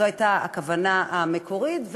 זו הייתה הכוונה המקורית,